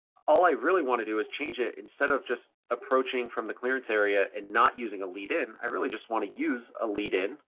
all i really wanna do is change it instead of just approaching from the clearance area and not using a lead in, i really just wanna use a lead in,